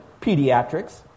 pediatrics